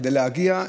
כדי להגיע,